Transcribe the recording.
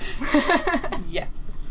Yes